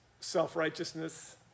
Self-righteousness